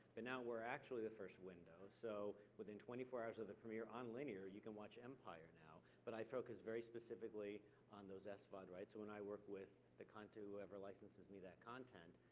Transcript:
but now we're actually the first window. so within twenty four hours of the premiere on linear, you can watch empire now. but i focus very specifically on those svod rights so when i work with the content, whoever licenses me that content,